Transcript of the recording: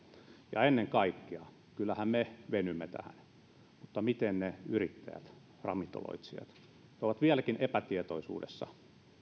ja ennen kaikkea kyllähän me venymme tähän mutta miten ne yrittäjät ravintoloitsijat he ovat vieläkin epätietoisuudessa